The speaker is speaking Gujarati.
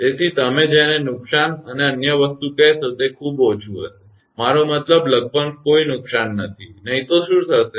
તેથી તમે જેને નુકસાન અને અન્ય વસ્તુ કહેશો તે ખૂબ ઓછું હશે મારો મતલબ લગભગ કોઈ નુકસાન નથી નહીં તો શું થશે